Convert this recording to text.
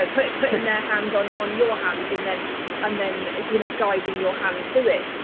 and putting putting their hands on on your hand and then and then you know guiding your hand to it.